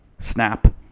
snap